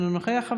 אינו נוכח.